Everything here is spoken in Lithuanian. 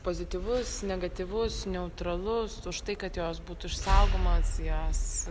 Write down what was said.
pozityvus negatyvus neutralus už tai kad jos būtų išsaugomos jos